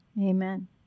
Amen